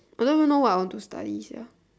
I don't even know what I want to study sia